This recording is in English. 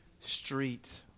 street